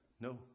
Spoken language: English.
No